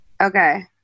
Okay